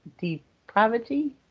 depravity